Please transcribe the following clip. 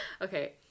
Okay